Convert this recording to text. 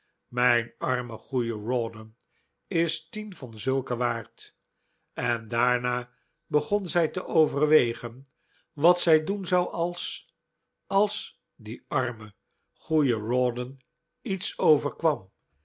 mijn arme goeie rawdon is tien van zulken waard en daarna begon zij te overwegen wat zij doen zou als als dien armen goeien rawdon iets overkwam